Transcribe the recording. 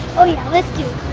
oh yeah, let's do